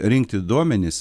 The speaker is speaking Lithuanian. rinkti duomenis